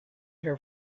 her